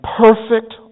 perfect